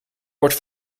wordt